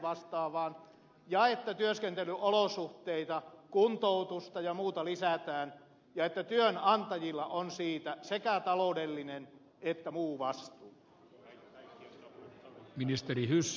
vastaavaan ja että työskentelyolosuhteita parannetaan kuntoutusta ja muuta lisätään ja että työnantajilla on siitä sekä taloudellinen että muu vastuu